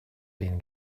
been